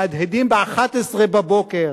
המהדהדים, ב-11:00.